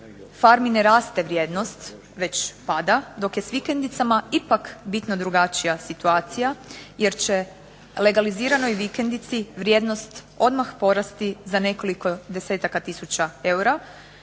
farmi ne raste vrijednost već pada, dok je s vikendicama ipak bitno drugačija situacija, jer će legaliziranoj vikendici vrijednost odmah porasti za nekoliko desetaka tisuća eura,